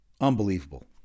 Unbelievable